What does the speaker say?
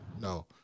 No